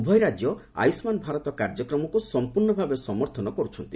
ଉଭୟ ରାଜ୍ୟ ଆୟୁଷ୍ମାନ ଭାରତ କାର୍ଯ୍ୟକ୍ରମକୁ ସଂପୂର୍ଣ୍ଣ ଭାବେ ସମର୍ଥନ କର୍ଛନ୍ତି